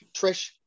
Trish